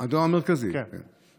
המרכזי, הדואר המרכזי, כן.